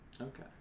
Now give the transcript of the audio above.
okay